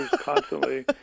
constantly